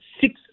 six